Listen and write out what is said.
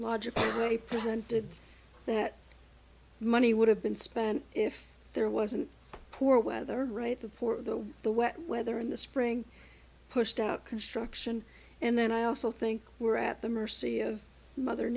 logical very present day that money would have been spent if there wasn't poor weather right the poor the the wet weather in the spring pushed up construction and then i also think we're at the mercy of mother